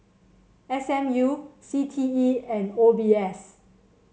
S M U C T E and O B S